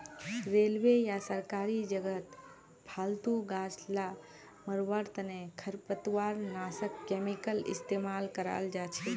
railway या सरकारी जगहत फालतू गाछ ला मरवार तने खरपतवारनाशक केमिकल इस्तेमाल कराल जाछेक